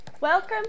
Welcome